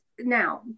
Now